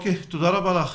תודה רבה לך.